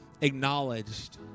acknowledged